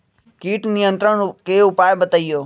किट नियंत्रण के उपाय बतइयो?